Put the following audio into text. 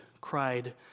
cried